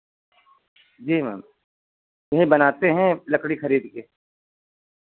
जी ma'am यहीं बनाते हैं लकड़ी खरीद के